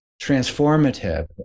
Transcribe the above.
transformative